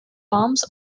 bombs